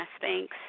Thanks